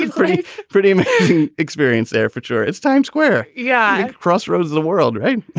pretty pretty amazing experience there for sure. it's times square. yeah. crossroads of the world, right?